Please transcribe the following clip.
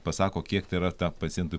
pasako kiek tai yra ta pacientui